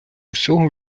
усього